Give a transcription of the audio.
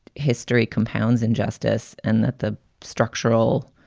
history compounds injustice and that the structural.